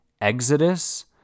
exodus